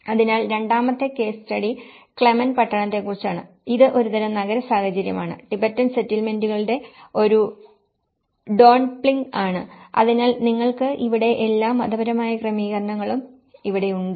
അതിനാൽ രണ്ടാമത്തെ case study Clement പട്ടണത്തെക്കുറിച്ചാണ് ഇത് ഒരുതരം നഗര സാഹചര്യമാണ് ടിബറ്റൻ സെറ്റിൽമെന്റുകളുടെ ഒരു ഡോണ്ട്പ്ലിംഗ് ആണ് അതിനാൽ നിങ്ങൾക്ക് ഇവിടെ എല്ലാ മതപരമായ ക്രമീകരണങ്ങളും ഇവിടെയുണ്ട്